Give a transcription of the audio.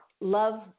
love